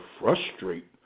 frustrate